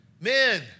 Men